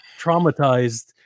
traumatized